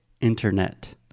Internet